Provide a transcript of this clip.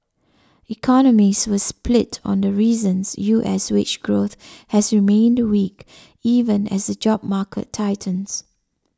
economists were split on the reasons U S wage growth has remained weak even as the job market tightens